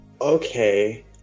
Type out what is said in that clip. Okay